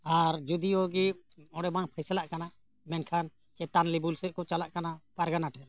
ᱟᱨ ᱡᱳᱫᱤᱭᱳᱜᱮ ᱚᱸᱰᱮ ᱵᱟᱝ ᱯᱷᱚᱭᱥᱟᱞᱟᱜ ᱠᱟᱱᱟ ᱢᱮᱱᱠᱷᱟᱱ ᱪᱮᱛᱟᱱ ᱞᱮᱵᱮᱞ ᱥᱮᱫ ᱠᱚ ᱪᱟᱞᱟᱜ ᱠᱟᱱᱟ ᱯᱟᱨᱜᱟᱱᱟ ᱴᱷᱮᱱ